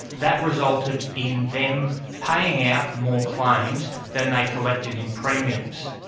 that resulted in them paying out more claims than they collected in premiums.